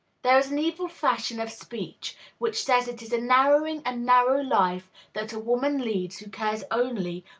there is an evil fashion of speech which says it is a narrowing and narrow life that a woman leads who cares only,